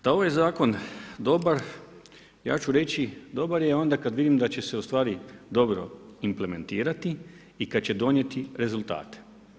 Da je ovaj zakon dobar ja ću reći dobar je onda kad vidim da će se stvari dobro implementirati i kad će donijeti rezultate.